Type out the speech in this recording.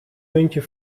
muntje